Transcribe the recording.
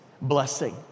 blessing